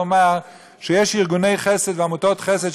לומר שיש ארגוני חסד ועמותות חסד,